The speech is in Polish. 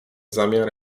zamiar